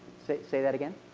say that again?